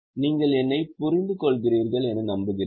நீங்கள் என்னைப் புரிந்துக்கொள்கிறீர்கள் என நம்புகிறேன்